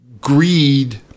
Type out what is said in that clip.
Greed